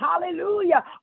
Hallelujah